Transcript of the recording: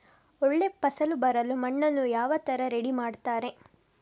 ಒಳ್ಳೆ ಫಸಲು ಬರಲು ಮಣ್ಣನ್ನು ಯಾವ ತರ ರೆಡಿ ಮಾಡ್ತಾರೆ?